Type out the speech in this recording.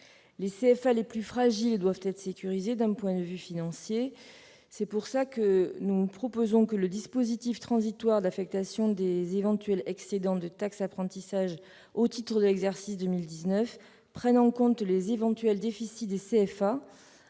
Les CFA les plus fragiles doivent être sécurisés d'un point de vue financier. C'est la raison pour laquelle nous proposons que le dispositif transitoire d'affectation des éventuels excédents de taxe d'apprentissage au titre de l'exercice 2019 prenne en compte les éventuels déficits des CFA